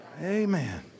Amen